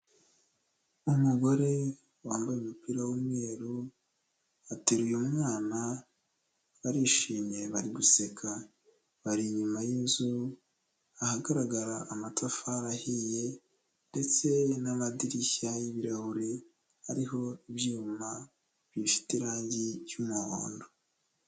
Umugore wambaye umupira w'umweru ateruye umwana barishimye bari guseka. bari inyuma y'inzu ahagaragara amatafari ahiye ndetse n'amadirishya y'ibirahure ariho ibyuma bifite irangi ry'umuhondo.